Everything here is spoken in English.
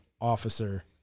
officer